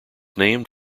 named